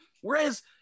whereas